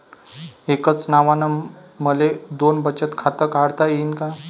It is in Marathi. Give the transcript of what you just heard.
एकाच नावानं मले दोन बचत खातं काढता येईन का?